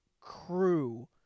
crew